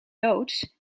loods